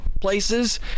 places